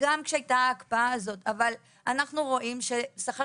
זה לא קשור לשכר